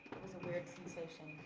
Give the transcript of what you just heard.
was a weird sensation.